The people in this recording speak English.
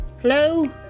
Hello